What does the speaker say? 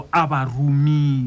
abarumi